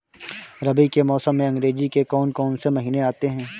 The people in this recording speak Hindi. रबी के मौसम में अंग्रेज़ी के कौन कौनसे महीने आते हैं?